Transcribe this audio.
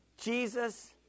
Jesus